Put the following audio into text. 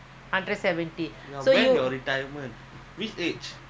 ah so you waiting ah